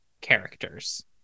characters